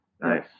Nice